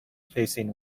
facing